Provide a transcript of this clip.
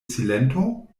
silento